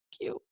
cute